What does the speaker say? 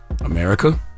America